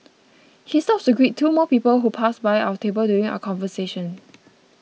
he stops to greet two more people who pass by our table during our conversation